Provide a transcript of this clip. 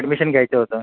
admission घ्यायचं होतं